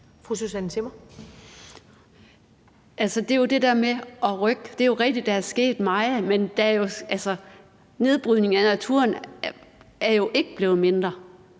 (FG): Til det der med at rykke: Det er rigtigt, at der er sket meget, men nedbrydningen af naturen er jo ikke blevet mindre.